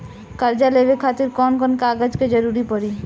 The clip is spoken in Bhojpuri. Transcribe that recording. कर्जा लेवे खातिर कौन कौन कागज के जरूरी पड़ी?